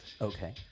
Okay